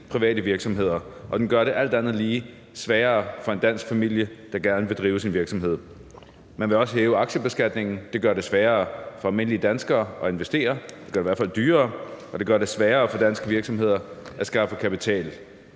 private virksomheder, og den gør det alt andet lige sværere for en dansk familie, der gerne vil drive sin virksomhed. Man vil også hæve aktiebeskatningen. Det gør det sværere for den almindelige dansker at investere – det gør det i hvert fald dyrere – og det gør det sværere for danske virksomheder at skaffe kapital.